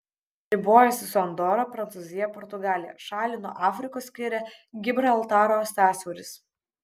ribojasi su andora prancūzija portugalija šalį nuo afrikos skiria gibraltaro sąsiauris